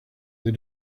they